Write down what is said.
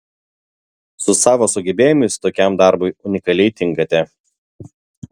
su savo sugebėjimais tokiam darbui unikaliai tinkate